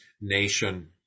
nation